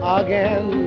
again